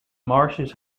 marshes